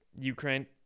Ukraine